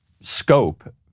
scope